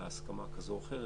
להסכמה כזו או אחרת,